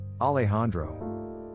Alejandro